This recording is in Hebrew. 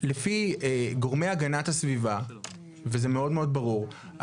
לפי גורמי הגנת הסביבה וזה מאוד מאוד ברור,